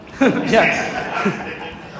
Yes